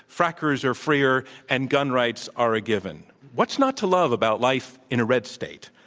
frackers are freer, and gun rights are a given. what's not to love about life in a red state?